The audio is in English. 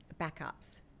backups